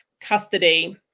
custody